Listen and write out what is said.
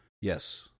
Yes